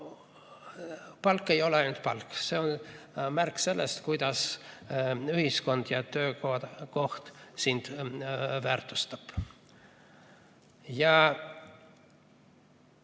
Palk ei ole ainult palk, see on märk sellest, kuidas ühiskond ja töökoht sind väärtustavad. Mul